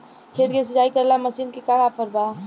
खेत के सिंचाई करेला मशीन के का ऑफर बा?